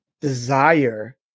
desire